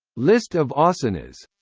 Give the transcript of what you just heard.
list of asanas